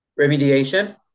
remediation